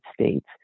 States